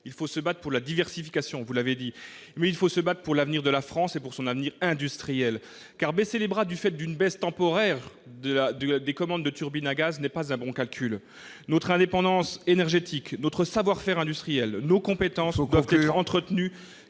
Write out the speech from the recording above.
Il faut se battre pour la diversification, vous l'avez dit. Mais il faut aussi se battre pour l'avenir de la France et pour son avenir industriel. Baisser les bras à cause d'une baisse temporaire des commandes de turbines à gaz n'est pas un bon calcul ! Notre indépendance énergétique, notre savoir-faire industriel et nos compétences peuvent être entretenus.